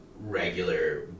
regular